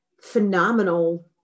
phenomenal